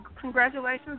congratulations